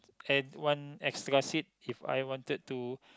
add one extra seat if I wanted to